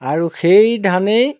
আৰু সেই ধানেই